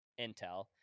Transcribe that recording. intel